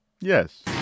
Yes